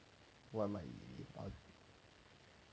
what wrong with him